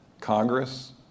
Congress